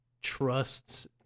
trusts